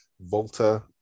Volta